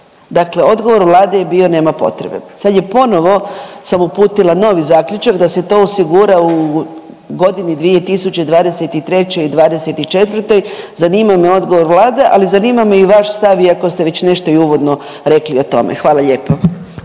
Dakle, odgovor Vlade je bio da nema potrebe. Sada je ponovo sam uputila novi zaključak da se to osigura u godini 2023. i 24. Zanima me odgovor Vlade, ali zanima me i vaš stav iako ste već nešto i uvodno rekli o tome. Hvala lijepo.